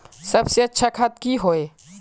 सबसे अच्छा खाद की होय?